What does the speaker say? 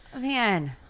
man